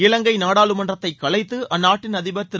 இவங்கை நாடாளுமன்றத்தைக் கலைத்து அந்நாட்டின் அதிபர் திரு